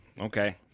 Okay